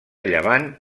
llevant